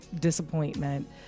disappointment